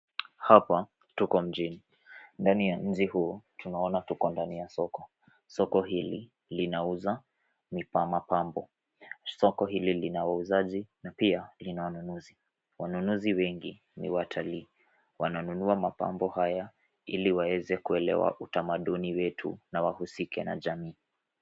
Hapa tuko mjini. Ndani ya mji huu tunaona tuko ndani ya soko. Soko hili linauza mapambo. Soko hili lina wauzaji na pia lina wanunuzi. Wanunuzi wengi ni watalii. Wananunua mpambo haya ili waweze kuelewa utamduni wetu na wahusike na jamii.